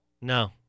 No